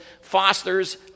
Foster's